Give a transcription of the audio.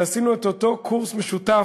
שעשינו את אותו קורס משותף,